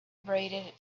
abraded